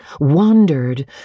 wandered